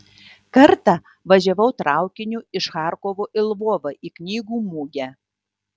kartą važiavau traukiniu iš charkovo į lvovą į knygų mugę